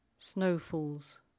Snowfalls